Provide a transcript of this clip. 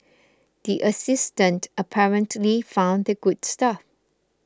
the assistant apparently found the good stuff